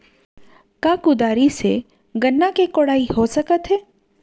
का कुदारी से गन्ना के कोड़ाई हो सकत हे?